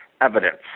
evidence